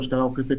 המשטרה אוכפת